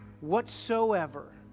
whatsoever